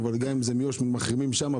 אבל גם אם זה מאיו"ש ומחרימים שם,